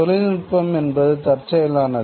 தொழில்நுட்பம் என்பது தற்செயலானது